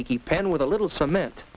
leaky pan with a little cement